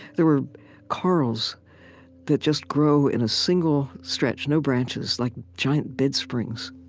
there were corals that just grow in a single stretch, no branches, like giant bedsprings,